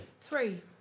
Three